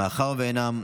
מאחר שאינם,